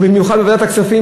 ובמיוחד בוועדת הכספים,